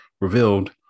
revealed